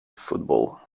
football